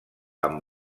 amb